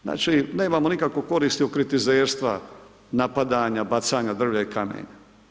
Znači, nemamo nikakvu korist od kritizerstva, napadanja, bacanja drvlja i kamenja.